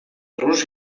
rus